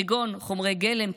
כגון חומרי גלם,